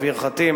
בברכתי,